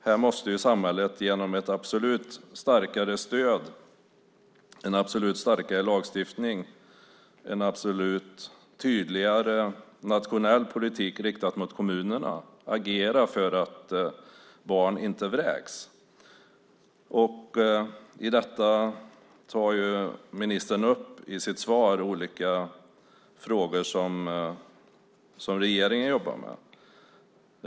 Här måste samhället absolut agera för att barn inte vräks genom ett starkare stöd, en starkare lagstiftning och en tydligare nationell politik riktad mot kommunerna. I sitt svar tar ministern upp olika frågor som regeringen jobbar med.